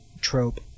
trope